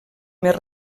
més